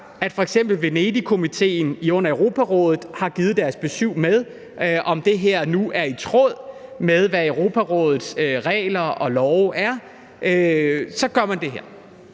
før f.eks. Venedigkommissionen under Europarådet har givet deres besyv med, i forhold til om det her nu er i tråd med, hvad Europarådets regler og love er. Man gør bare det her.